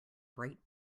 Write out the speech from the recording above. bright